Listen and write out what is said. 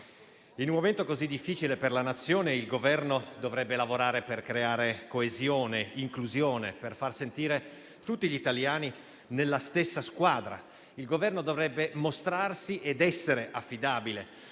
in un momento così difficile per la Nazione, il Governo dovrebbe lavorare per creare coesione e inclusione, per far sentire tutti gli italiani nella stessa squadra; il Governo dovrebbe mostrarsi ed essere affidabile,